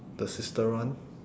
the sister one